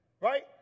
Right